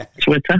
Twitter